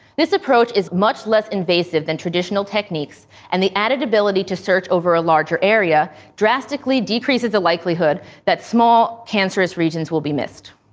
this approach is much less invasive than traditional techniques, and the added ability to search over a larger area drastically decreases the likelihood that small cancerous regions will be missed.